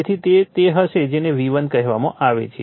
તેથી તે તે હશે જેને V1 કહેવામાં આવે છે